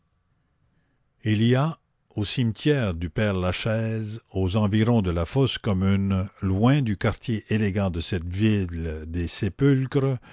il y a au cimetière du père-lachaise aux environs de la fosse commune loin du quartier élégant de cette ville des sépulcres